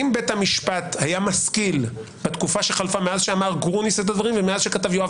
אם בית המשפט - בתקופה שחלפה מאז שאמר גרוניס את הדברים ומאז שכתב יואב